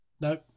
No